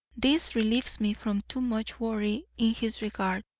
this relieves me from too much worry in his regard.